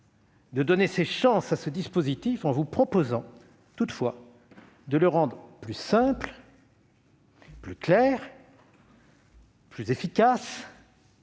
de donner ses chances à ce dispositif en vous proposant, toutefois, de le rendre plus simple, plus clair, plus efficace